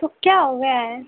तो क्या हो गया है